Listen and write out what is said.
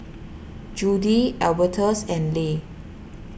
Judi Albertus and Leigh